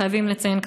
חייבים לציין,